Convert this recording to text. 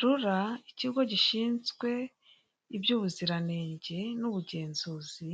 Rura, ikigo gishinzwe iby'ubuziranenge n'ubugenzuzi